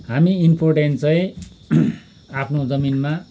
हामी इमपोर्टेन चाहिँ आफ्नो जमिनमा